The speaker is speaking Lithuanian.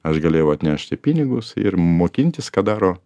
aš galėjau atnešti pinigus ir mokintis ką daro